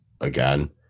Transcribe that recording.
again